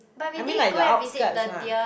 I mean like the outskirts lah